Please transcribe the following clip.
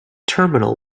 terminal